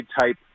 type